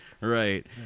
Right